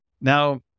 Now